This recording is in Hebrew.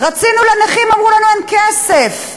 רצינו לנכים, אמרו לנו: אין כסף.